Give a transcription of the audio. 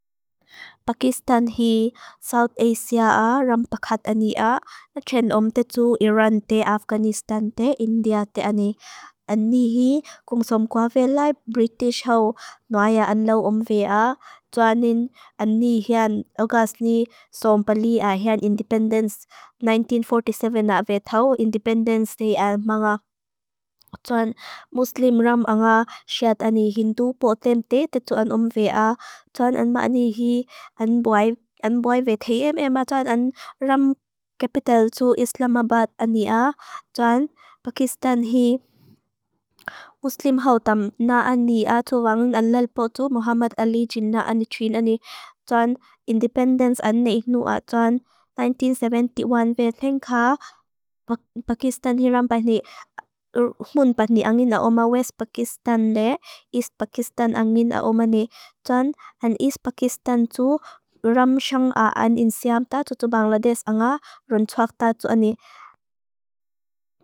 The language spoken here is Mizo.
Pakistan hi South Asia a, rampakhat ani a, na chen om tetu Iran te, Afghanistan te, India te ani. Ani hi, kung som Kwavelai, British hau, noaya anlaw om ve a. Tuanin, ani hian, August ni, som Bali a, hian Independence, 1947 a ve tau, Independence ni al manga. Tuan Muslim ram anga, siat ani Hindu potem te, tetu an om ve a. Tuan an ma ani hi, an bwai, an bwai ve TMA ma, tuan an ram capital tu Islamabad ani a. Tuan Pakistan hi, Muslim hau tam, na ani a, tuvang nalal potu, Muhammad Ali Jin na ani trin ani. Tuan Independence ani ik nu a, tuan 1971 ve tenka, Pakistan hi ram pah ni, mun pah ni angin a oma, West Pakistan de, East Pakistan angin a oma ni. Tuan an East Pakistan tu, ram sheng a, an insiam te, tetu Bangladesh anga, rentuak te, tetu ani.